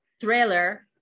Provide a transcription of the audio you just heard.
thriller